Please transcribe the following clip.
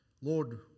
Lord